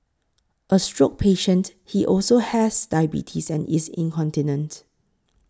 a stroke patient he also has diabetes and is incontinent